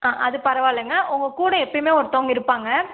ஆ அது பரவாயில்லைங்க உங்கள்கூட எப்போயுமே ஒருத்தங்க இருப்பாங்க